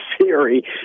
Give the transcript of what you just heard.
theory